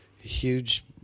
huge